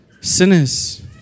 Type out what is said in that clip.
sinners